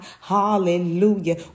hallelujah